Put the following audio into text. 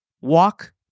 walk